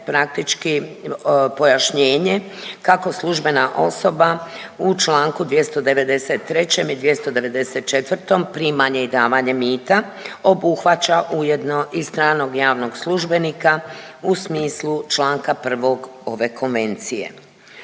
praktički pojašnjenje kako službena osoba u čl. 293. i 294., primanje i davanje mita obuhvaća ujedno i stranog javnog službenika u smislu čl. 1. ove Konvencije.